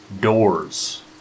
doors